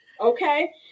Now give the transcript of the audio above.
okay